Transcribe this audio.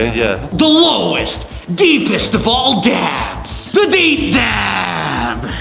yeah. the lowest deepest of all dabs, the deep dab!